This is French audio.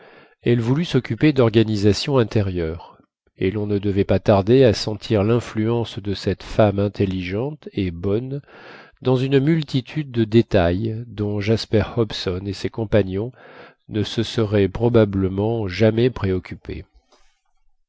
elle voulut s'occuper d'organisation intérieure et l'on ne devait pas tarder à sentir l'influence de cette femme intelligente et bonne dans une multitude de détails dont jasper hobson et ses compagnons ne se seraient probablement jamais préoccupés